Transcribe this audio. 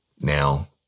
Now